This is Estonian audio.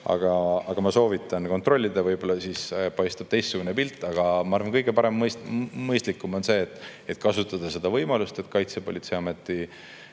aga ma soovitan kontrollida, võib-olla siis paistab teistsugune pilt. Aga ma arvan, et kõige parem ja mõistlikum on kasutada seda võimalust, et kutsuda turvaruumi